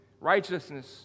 righteousness